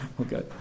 Okay